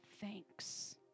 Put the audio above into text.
thanks